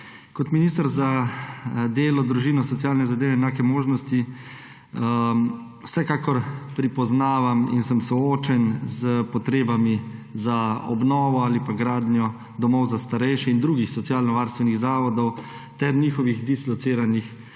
Kot minister za delo, družino, socialne zadeve in enake možnosti vsekakor prepoznavam in sem soočen s potrebami za obnovo ali pa gradnjo domov za starejše in drugih socialnovarstvenih zavodov ter njihovih dislociranih